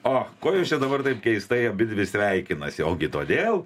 o ko jos čia dabar taip keistai abidvi sveikinasi ogi todėl